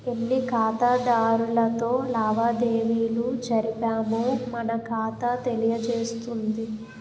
ఎన్ని ఖాతాదారులతో లావాదేవీలు జరిపామో మన ఖాతా తెలియజేస్తుంది